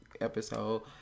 episode